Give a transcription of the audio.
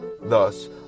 thus